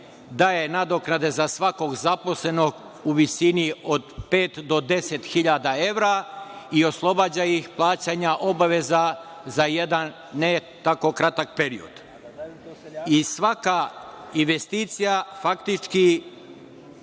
daje nadoknade za svakog zaposlenog u visini od pet do 10.000 evra i oslobađa ih plaćanja obaveza za jedan ne tako kratak period. I svaka investicija faktički